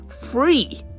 free